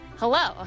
Hello